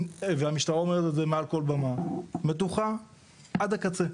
והמשטרה אומרת את זה מעל כל במה, מתוחה עד הקצה.